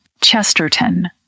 Chesterton